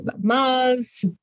Mars